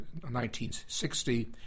1960